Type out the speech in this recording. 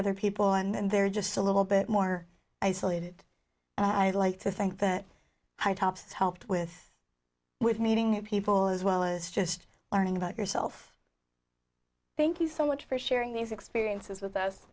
other people and they're just a little bit more isolated i like to think that i tops helped with with meeting people as well as just learning about yourself thank you so much for sharing these experiences with us